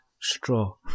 straw